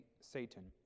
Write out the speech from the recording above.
Satan